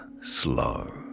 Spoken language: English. slow